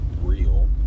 real